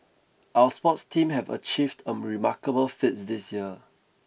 our sports team have achieved a remarkable feats this year